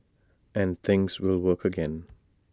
and things will work again